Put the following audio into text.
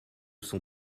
son